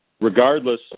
Regardless